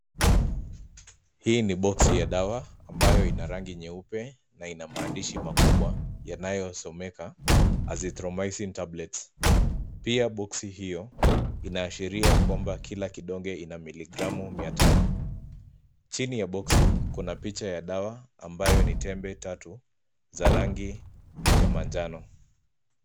Hii ni boxi ya dawa ambayo ina rangi nyeupe na ina maandishi makubwa yanayosomeka Azithromycin tablets. Pia boxi hiyo inaashiria kwamba kila kidonge ina miligramu mia tano. Chini ya boxi kuna picha ya dawa ambayo ni tembe tatu za rangi ya manjano.